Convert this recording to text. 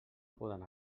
poden